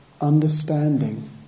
understanding